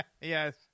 Yes